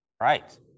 right